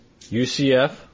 UCF